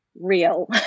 real